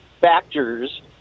factors